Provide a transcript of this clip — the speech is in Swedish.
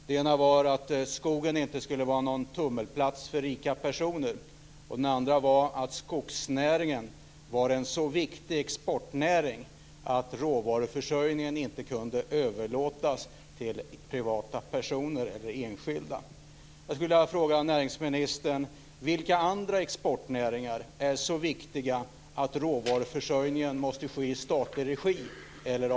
Det ena var att skogen inte skulle vara någon tummelplats för rika personer, och det andra var att skogsnäringen var en så viktig exportnäring att råvaruförsörjningen inte kunde överlåtas till privatpersoner eller enskilda.